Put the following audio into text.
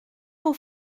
ton